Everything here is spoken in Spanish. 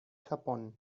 japón